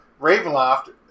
Ravenloft